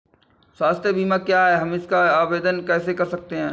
स्वास्थ्य बीमा क्या है हम इसका आवेदन कैसे कर सकते हैं?